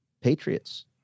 patriots